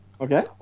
Okay